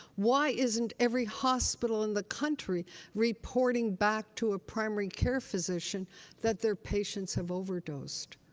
why isn't every hospital in the country reporting back to a primary care physician that their patients have overdosed?